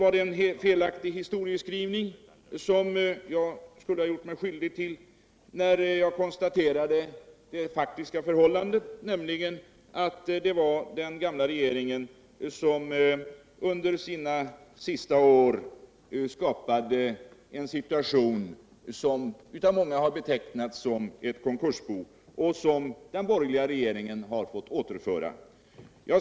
Jag skulle ha gjort mig skyldig till en felaktig historieskrivning när jag konstaterade det faktiska förhållandet, nämligen att det var den gamla regeringen som under sina sista regeringsår skapade något som av många har betecknats som ett konkursbo och som den borgerliga regeringen har fått återföra.